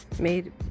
made